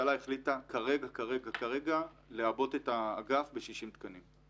הממשלה החליטה כרגע לעבות את האגף ב-60 תקנים,